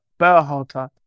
Berhalter